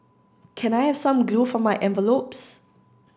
can I have some glue for my envelopes